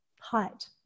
height